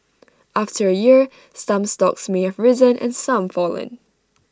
after A year some stocks may have risen and some fallen